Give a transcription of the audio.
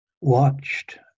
watched